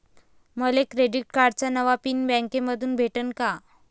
मले क्रेडिट कार्डाचा नवा पिन बँकेमंधून भेटन का?